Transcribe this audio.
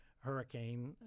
Hurricane